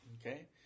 Okay